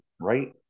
right